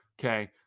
okay